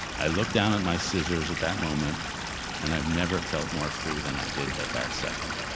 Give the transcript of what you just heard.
i looked down at my scissors at that moment and i've never felt more free than i did that that second,